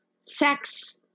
sex